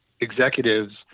executives